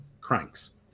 cranks